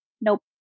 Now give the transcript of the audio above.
nope